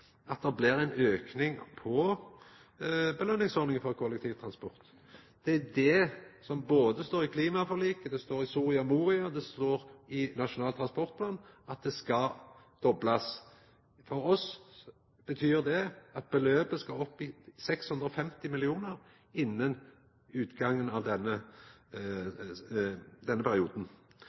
blir ein auke i belønningsordninga til kollektivtransport. Det står i klimaforliket, i Soria Moria og i Nasjonal transportplan at beløpet skal doblast. For oss betyr det at beløpet skal opp i 650 mill. kr innan utgangen av denne perioden.